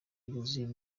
yuzuye